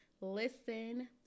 listen